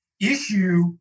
issue